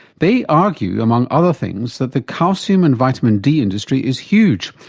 they argue, among other things, that the calcium and vitamin d industry is huge,